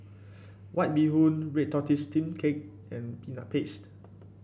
White Bee Hoon Red Tortoise Steamed Cake and Peanut Paste